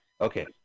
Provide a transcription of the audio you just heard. okay